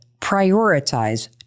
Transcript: prioritize